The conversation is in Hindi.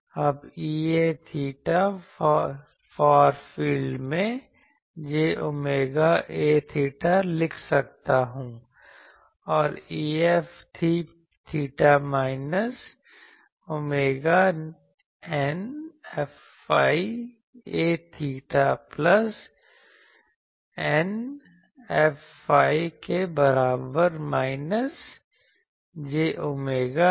अब𝚹 फार फील्ड में j ओमेगा A𝚹 लिख सकता हूं और 𝚹 minus j omega η Fϕ A𝚹 plus η Fϕ के बराबर माइनस j ओमेगा है